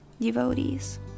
devotees